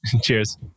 Cheers